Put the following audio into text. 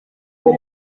uwo